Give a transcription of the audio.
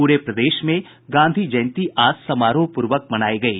पूरे प्रदेश में गांधी जयंती आज समारोह पूर्वक मनायी गयी